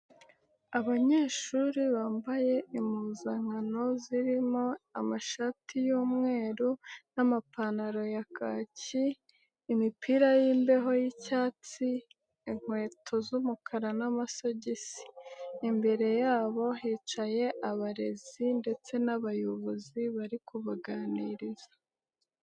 Abanyeshuri bambaye impuzankano zirimo amashati y'umweru n'amapantaro ya kaki, imipira y'imbeho y'icyatsi inkweto z'umukara n'amasogisi, imbere yabo hicaye abarezi ndetse n'abayobozi bari kubaganiriza.